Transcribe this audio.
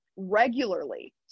regularly